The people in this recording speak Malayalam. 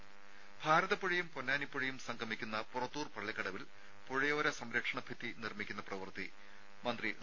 ദേഴ ഭാരതപ്പുഴയും പൊന്നാനി പുഴയും സംഗമിക്കുന്ന പുറത്തൂർ പള്ളിക്കടവിൽ പുഴയോര സംരക്ഷണ ഭിത്തി നിർമ്മിക്കുന്ന പ്രവ്യത്തി മന്ത്രി ഡോ